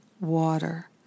water